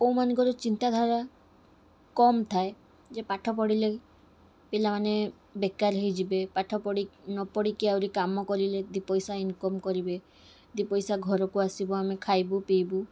କୋଉମାନଙ୍କର ଚିନ୍ତାଧାରା କମ୍ ଥାଏ ଯେ ପାଠ ପଢ଼ିଲେ ପିଲାମାନେ ବେକାର ହେଇଯିବେ ପାଠ ପଢ଼ିକି ନପଢ଼ିକି ଆଉରି କାମ କରିଲେ ଦୁଇ ପଇସା ଇନକମ୍ କରିବେ ଦୁଇ ପଇସା ଘରକୁ ଆସିବ ଆମେ ଖାଇବୁ ପିଇବୁ